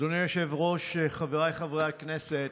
אדוני היושב-ראש, חבריי חברי הכנסת,